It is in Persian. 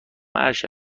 عرشه